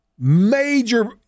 Major